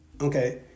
Okay